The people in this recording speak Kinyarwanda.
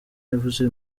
yavuze